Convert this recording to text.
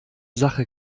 sache